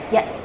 Yes